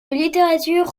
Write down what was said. littérature